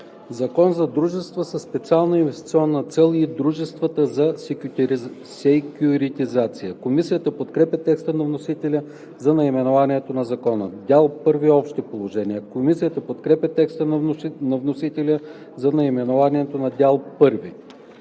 „Закон за дружествата със специална инвестиционна цел и за дружествата за секюритизация“. Комисията подкрепя текста на вносителя за наименованието на Закона. „Дял първи – Общи положения“. Комисията подкрепя текста на вносителя за наименованието на Дял